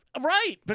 Right